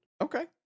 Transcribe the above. okay